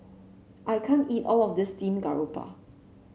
I can't eat all of this Steamed Garoupa